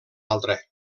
altre